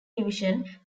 division